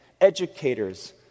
Educators